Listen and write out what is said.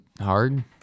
hard